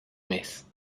mes